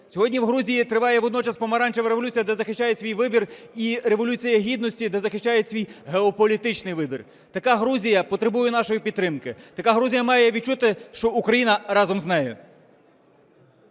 Сьогодні в Грузії триває водночас Помаранчева революція, де захищає свій вибір, і Революція Гідності, де захищає свій геополітичний вибір. Така Грузія потребує нашої підтримки, така Грузія має відчути, що Україна разом з нею.